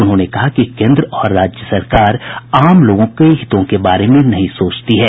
उन्होंने कहा कि केन्द्र और राज्य सरकार आम लोगों के हितों के बारे में नहीं सोचती है